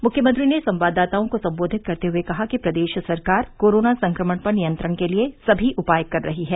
मुख्यमंत्री ने संवाददाताओं को सम्बोधित करते हुए कहा कि प्रदेश सरकार कोरोना संक्रमण पर नियंत्रण के लिये सभी उपाय कर रही है